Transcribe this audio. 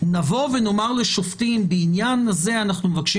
נבוא ונאמר לשופטים: בעניין הזה אנחנו מבקשים